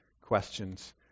questions